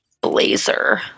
blazer